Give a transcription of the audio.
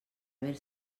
haver